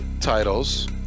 titles